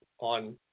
on